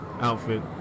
outfit